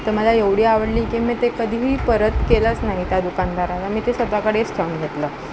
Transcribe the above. तर मला एवढी आवडली की मी ते कधीही परत केलंच नाही त्या दुकानदाराला मी ते स्वतःकडेच ठेवून घेतलं